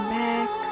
back